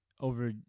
over